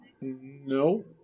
No